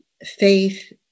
faith